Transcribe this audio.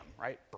right